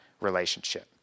relationship